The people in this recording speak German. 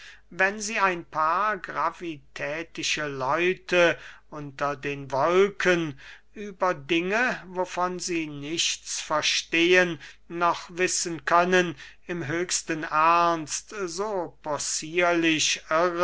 wenn sie ein paar gravitätische leute unter den wolken über dinge wovon sie nichts verstehen noch wissen können im höchsten ernst so possierlich